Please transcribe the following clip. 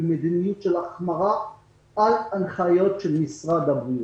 במדיניות של החמרה על הנחיות של משרד הבריאות.